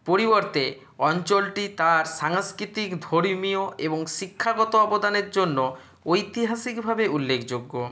পরিবর্তে অঞ্চলটি তার সাংষ্কৃতিক ধর্মীয় এবং শিক্ষাগত অবদানের জন্য ঐতিহাসিকভাবে উল্লেখযোগ্য